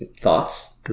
Thoughts